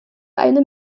eine